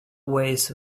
ways